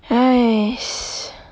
!hais!